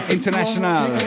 International